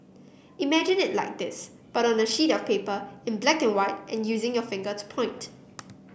imagine it like this but on a sheet of paper in black and white and using your finger to point